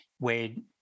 Wade